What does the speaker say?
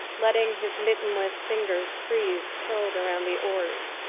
letting his mittenless fingers freeze, curled around the oars.